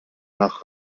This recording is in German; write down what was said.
nach